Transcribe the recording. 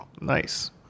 nice